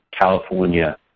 California